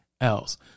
else